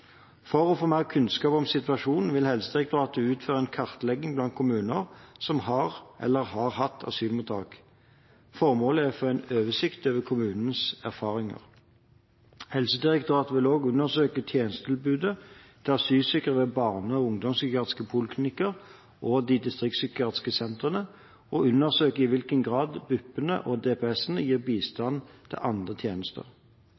For å få mer kunnskap om situasjonen vil Helsedirektoratet utføre en kartlegging blant kommuner som har eller har hatt asylmottak. Formålet er å få en oversikt over kommunenes erfaringer. Helsedirektoratet vil også undersøke tjenestetilbudet til asylsøkere ved barne- og ungdomspsykiatriske poliklinikker og de distriktspsykiatriske sentrene og undersøke i hvilken grad BUP-ene og DPS-ene gir